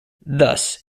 thus